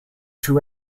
two